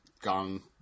gone